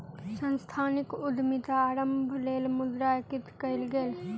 सांस्थानिक उद्यमिता आरम्भक लेल मुद्रा एकत्रित कएल गेल